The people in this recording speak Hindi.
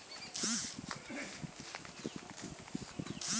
मछली में जलोदर रोग आमतौर पर जीवाणुओं के संक्रमण से होता है